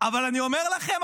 אבל אני אומר לכם,